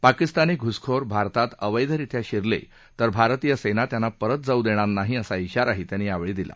पाकिस्तानी घुसखोर भारतात अवैधरित्या शिरले तर भारतीय सेना त्यांना परत जाऊ देणार नाही असा विगराही त्यांना यावेळी दिला